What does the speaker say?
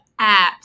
apps